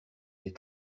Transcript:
les